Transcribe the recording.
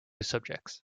subjects